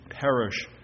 perish